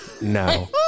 No